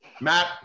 Matt